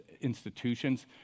institutions